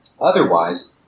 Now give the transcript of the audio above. Otherwise